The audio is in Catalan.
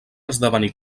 esdevenir